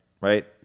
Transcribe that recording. right